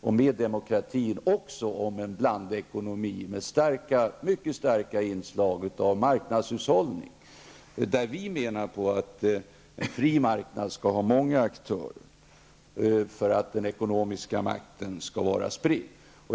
Under demokratin kan det också finnas en blandekonomi med mycket starka inslag av marknadshushållning. Vi menar att det på en fri marknad skall finnas många aktörer för att den ekonomiska makten skall vara spridd.